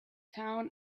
town